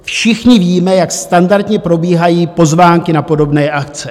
Všichni víme, jak standardně probíhají pozvánky na podobné akce.